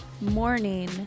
morning